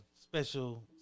Special